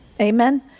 amen